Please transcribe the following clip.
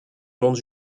monde